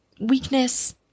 weakness